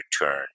return